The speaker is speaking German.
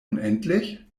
unendlich